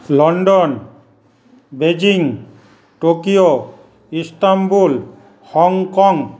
London Beijing Tokyo Istanbul Hong Kong